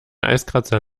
eiskratzer